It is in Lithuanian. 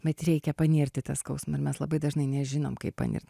bet reikia panirt į tą skausmą ir mes labai dažnai nežinom kaip panirt